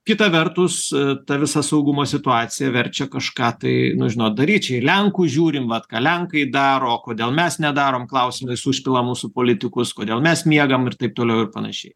kita vertus ta visa saugumo situacija verčia kažką tai nu žinot daryt čia į lenkus žiūrim vat ką lenkai daro kodėl mes nedarom klausimais užpila mūsų politikus kodėl mes miegam ir taip toliau ir panašiai